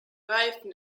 reifen